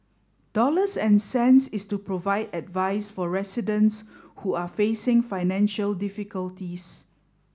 dollars and cents is to provide advice for residents who are facing financial difficulties